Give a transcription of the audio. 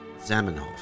Zamenhof